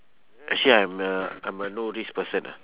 actually I'm uh I'm a no risk person ah